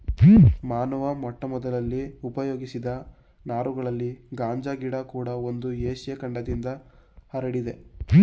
ಮಾನವ ಮೊಟ್ಟಮೊದಲಲ್ಲಿ ಉಪಯೋಗಿಸಿದ ನಾರುಗಳಲ್ಲಿ ಗಾಂಜಾ ಗಿಡ ಕೂಡ ಒಂದು ಏಷ್ಯ ಖಂಡದಿಂದ ಹರಡಿದೆ